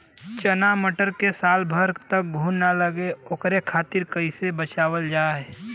चना मटर मे साल भर तक घून ना लगे ओकरे खातीर कइसे बचाव करल जा सकेला?